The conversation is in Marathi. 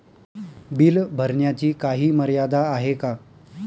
बिल भरण्याची काही मर्यादा आहे का?